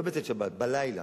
לא בצאת שבת, בלילה.